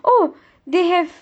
oh they have